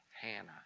Hannah